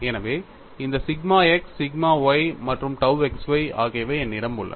எனவே இந்த sigma x sigma y மற்றும் tau x y ஆகியவை என்னிடம் உள்ளன